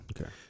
okay